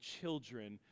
children